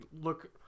look